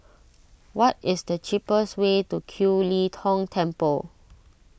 what is the cheapest way to Kiew Lee Tong Temple